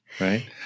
Right